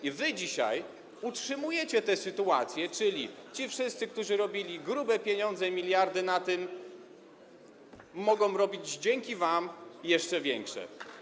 I wy dzisiaj utrzymujecie tę sytuację, czyli ci wszyscy, którzy robili grube pieniądze, miliardy na tym, mogą robić dzięki wam jeszcze większe.